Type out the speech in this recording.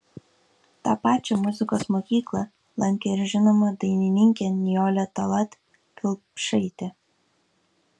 tą pačią muzikos mokyklą lankė ir žinoma dainininkė nijolė tallat kelpšaitė